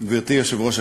היושבת-ראש,